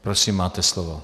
Prosím, máte slovo.